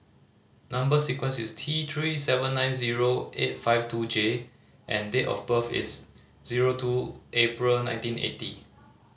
number sequence is T Three seven nine zero eight five two J and date of birth is zero two April nineteen eighty